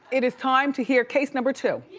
it is time to hear case number two.